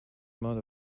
amount